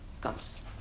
comes